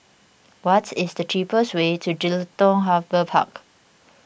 what is the cheapest way to Jelutung Harbour Park